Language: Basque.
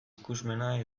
ikusmena